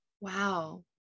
Wow